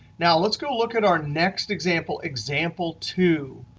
now, let's go look at our next example, example two.